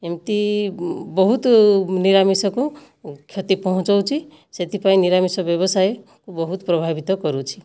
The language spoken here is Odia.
ଏମିତି ବହୁତ ନିରାମିଷକୁ କ୍ଷତି ପହଞ୍ଚାଉଛି ସେଥିପାଇଁ ନିରାମିଷ ବ୍ୟବସାୟ ବହୁତ ପ୍ରଭାବିତ କରୁଛି